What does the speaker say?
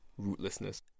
rootlessness